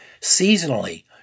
Seasonally